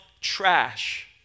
trash